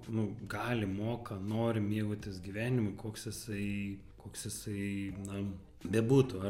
nu gali moka nori mėgautis gyvenimu koks jisai koks jisai na bebūtų ar